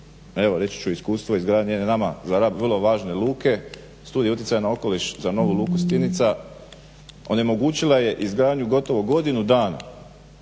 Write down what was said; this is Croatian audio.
evo reći ću iskustvo izgradnje … za Rab vrlo važne luke, Studija utjecaja na okoliš za novu Luku Stinica onemogućila je izgradnju gotovo godinu dana